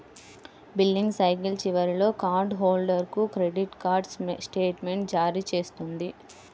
billing cycle చివరిలో card హోల్డర్కు credit card స్టేట్మెంట్ను జారీ చేస్తుంది